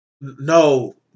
No